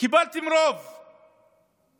קיבלתם רוב בדמוקרטיה.